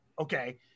Okay